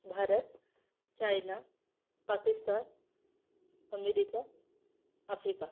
Bharat China Pakistan America Africa